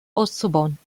auszubauen